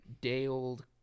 day-old